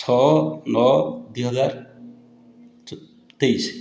ଛଅ ନଅ ଦୁଇ ହଜାର ତେଇଶ